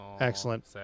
Excellent